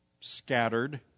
scattered